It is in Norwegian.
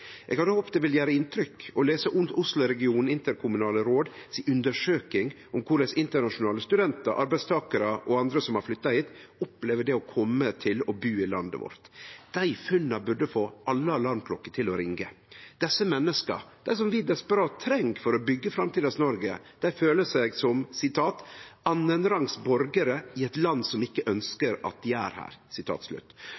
Eg hadde håpt det ville gjere inntrykk å lese Osloregionen interkommunalt politiske råd si undersøking om korleis internasjonale studentar, arbeidstakarar og andre som har flytta hit, opplever det å komme til og bu i landet vårt. Dei funna burde få alle alarmklokker til å ringje. Desse menneska, som vi desperat treng for å byggje framtidas Noreg, føler seg som andrerangs borgarar i eit land som ikkje